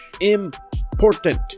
important